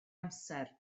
amser